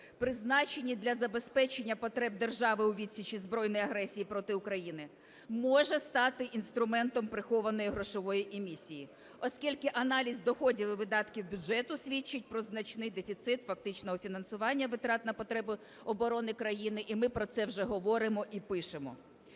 призначені для забезпечення потреб держави у відсічі збройної агресії проти України, може стати інструментом прихованої грошової емісії, оскільки аналіз доходів і видатків бюджету свідчить про значний дефіцит фактичного фінансування витрат на потреби оборони країни, і ми про це вже говоримо і пишемо.